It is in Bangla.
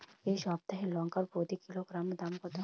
এই সপ্তাহের লঙ্কার প্রতি কিলোগ্রামে দাম কত?